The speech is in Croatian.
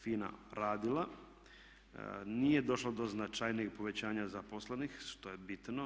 FINA radila nije došlo do značajnijeg povećanja zaposlenih što je bitno.